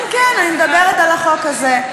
כן כן, אני מדברת על החוק הזה,